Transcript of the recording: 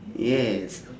yes